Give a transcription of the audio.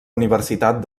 universitat